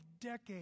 decades